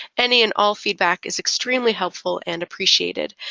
any and all feedback is extremely helpful and appreciated.